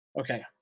Okay